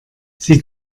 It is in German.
sie